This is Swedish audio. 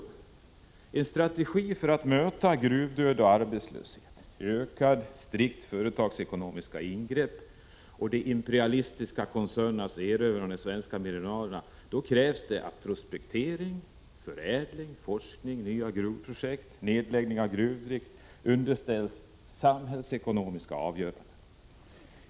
För att utforma en strategi för att möta gruvdöd och arbetslöshet, ökade strikt företagsekonomiska ingrepp och de imperialistiska koncernernas erövring av de svenska mineralerna krävs att prospektering, förädling, forskning och nya gruvprojekt liksom beslut om nedläggning av gruvdrift underställs samhällsekonomiska avgöranden.